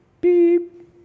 beep